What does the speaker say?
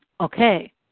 okay